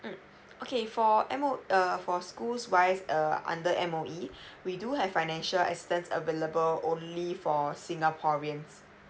mm okay for M O uh for schools wise err under M_O_E we do have financial assistance available only for singaporeans